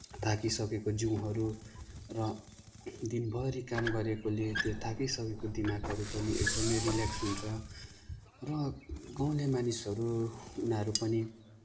थाकिसकेको जिउहरू र दिनभरि काम गरेकोले त्यो थाकिसकेको दिमागहरू पनि एकदमै रिलेक्स हुन्छ र गाउँले मानिसहरू उनीहरू पनि